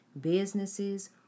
businesses